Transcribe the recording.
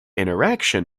interaction